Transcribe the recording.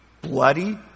bloody